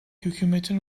hükümetin